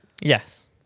Yes